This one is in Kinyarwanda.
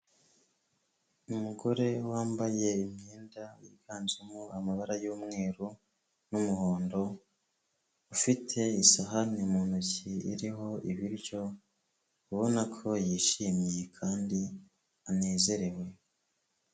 Umugore wambaye imyenda yiganjemo amabara y'umweru n'umuhondo ufite isahani mu ntoki iriho ibiryo, ubona ko yishimye kandi anezerewe.